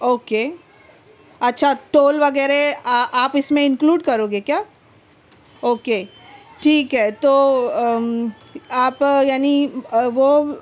okay اچھا tool وغیرہ آپ اس میں انکلوڈ کروگے کیا اوکے ٹھیک ہے تو آپ یعنی وہ